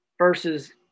Versus